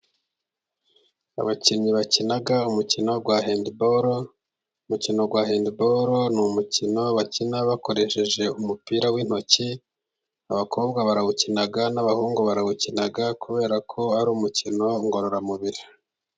Abakinnyi bakina umukino wa hendibolo, umukino wa hendibolo ni umukino bakina bakoresheje umupira w'intoki, abakobwa barawukina n'abahungu barawukina kubera ko ari umukino ngororamubiri.